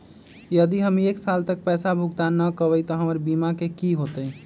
यदि हम एक साल तक पैसा भुगतान न कवै त हमर बीमा के की होतै?